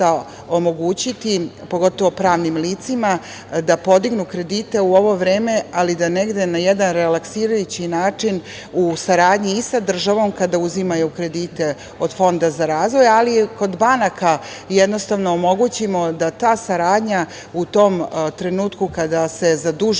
omogućiti, pogotovo pravnim licima da podignu kredite u ovo vreme, ali da negde na jedan relaksirajući način, u saradnji i sa državom kada uzimaju kredite od Fonda za razvoj, ali i kod banaka jednostavno omogućimo da ta saradnja u tom trenutku kada se zadužuju